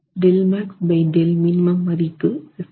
Δmax Δmin மதிப்பு 57